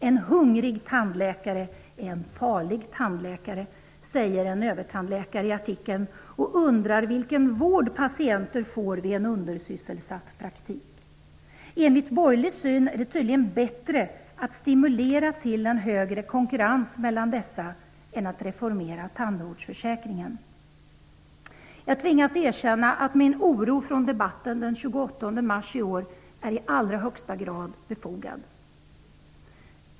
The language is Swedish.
''En hungrig tandläkare är en farlig tandläkare'' säger en övertandläkare i artikeln och undrar vilken vård patienter får vid en undersysselsatt praktik. Enligt borgerlig syn är det tydligen bättre att stimulera till än högre konkurrens mellan dessa än att reformera tandvårdsförsäkringen. Herr talman! Jag tvingas erkänna att min oro från debatten den 28 mars i år i allra högsta grad är befogad.